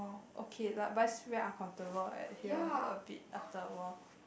okay lah but it's very uncomfortable eh here a bit after awhile